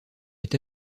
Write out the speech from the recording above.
est